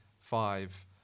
five